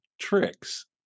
tricks